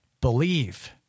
believe